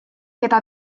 keda